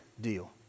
deal